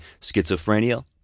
schizophrenia